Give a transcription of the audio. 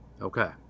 okay